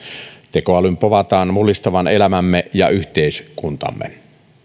tekoälyn povataan mullistavan elämämme ja yhteiskuntamme